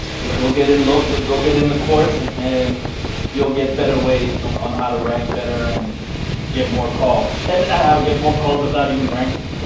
grow get in local go get in the course and and you'll get better ways on on how to rank better and get more calls and how to get more calls without even ranking.